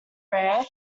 rare